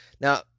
Now